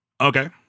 Okay